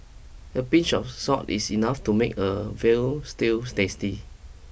a pinch of salt is enough to make a veal stew tasty